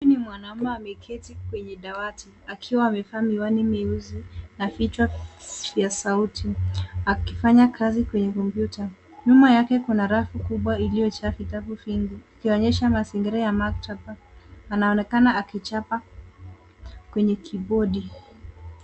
Huyu ni mwanaume ameketi kwenye dawati akiwa amevalia miwani meusi na vichwa vya sauti akifanya kazi kwenye kompyuta. Nyuma yake kuna rafu kubwa iliyojaa vitabu vingi ikionyesha mazingira ya maktaba. Anaonekana akichapa kwenye kibodi.